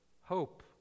hope